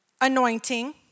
anointing